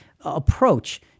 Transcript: approach